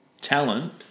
talent